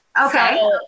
okay